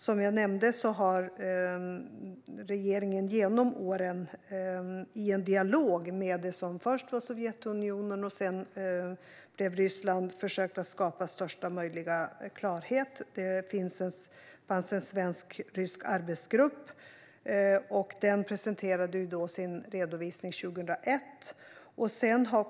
Som jag nämnde har regeringen genom åren i en dialog med det som först var Sovjetunionen och sedan blev Ryssland försökt skapa största möjliga klarhet. Det fanns en svensk-rysk arbetsgrupp. Den redovisade sitt arbete 2001.